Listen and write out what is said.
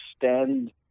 extend